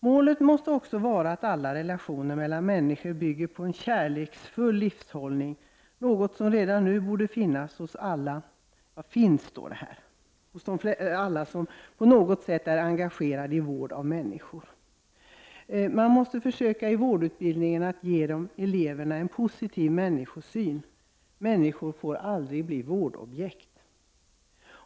Målet måste också vara att alla relationer mellan människor bygger på en kärleksfull livshållning, något som redan nu finns hos alla som på något sätt är engagerade i vården av människor. Man måste i vårdutbildningen försöka ge eleverna en positiv människosyn: människor får aldrig bli vårdobjekt.